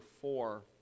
four